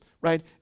right